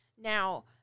Now